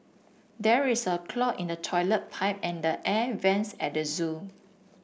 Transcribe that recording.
there is a clog in the toilet pipe and the air vents at the zoo